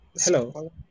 Hello